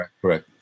correct